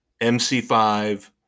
MC5